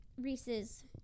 Reese's